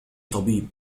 طبيب